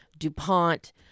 DuPont